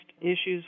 issues